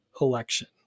election